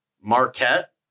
Marquette